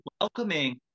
welcoming